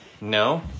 No